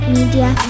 Media